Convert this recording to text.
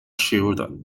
children